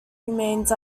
remains